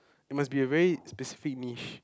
it must be a very specific niche